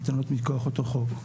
ניתנות מכוח אותו חוק,